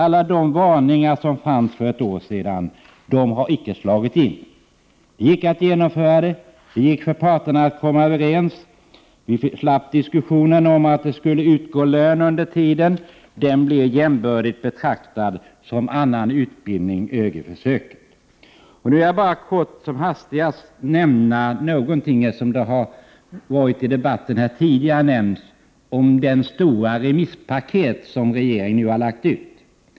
Alla de farhågor som fanns för ett år sedan har icke besannats. Det gick att genomföra denna utbildning. Parterna kunde komma överens. Vi slapp diskussionen om att det skulle utgå lön under tiden. Prot. 1988/89:120 ÖGY-försöket blev betraktat såsom jämbördigt med annan utbildning. 24 maj 1989 Som hastigast vill jag bara kort säga någonting — eftersom det tidigare har nämnts i diskussionen — om det stora remisspaket som regeringen nu har sänt ut.